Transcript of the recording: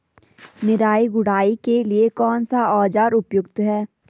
निराई गुड़ाई के लिए कौन सा औज़ार उपयुक्त है?